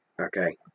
Okay